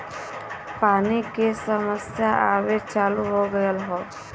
पानी के समस्या आवे चालू हो गयल हौ